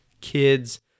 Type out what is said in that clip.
kids